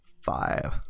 five